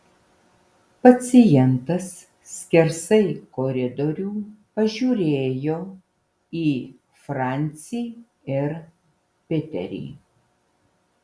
pacientas skersai koridorių pažiūrėjo į francį ir piterį